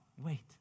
wait